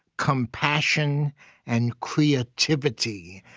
compassion and creativity.